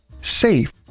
SAFE